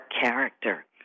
character